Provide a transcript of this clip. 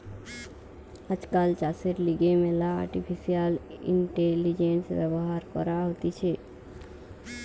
আজকাল চাষের লিগে ম্যালা আর্টিফিশিয়াল ইন্টেলিজেন্স ব্যবহার করা হতিছে